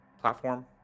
platform